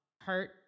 hurt